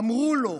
"אמרו לו",